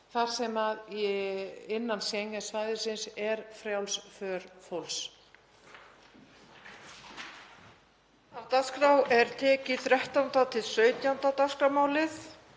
þar sem innan Schengen-svæðisins er frjáls för fólks.